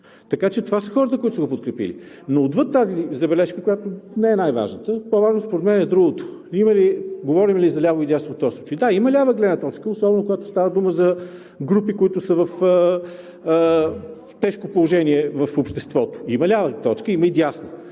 така че това са хората, които са го подкрепили. Но отвъд тази забележка, която не е най-важната, по-важно според мен е другото – говорим ли за ляво и дясно в този случай? Да, има лява гледна точка, особено когато става дума за групи, които са в тежко положение в обществото. Има лявата точка, има и дясната.